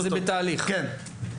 אם הם היו רואים את זה כתופעה אז גם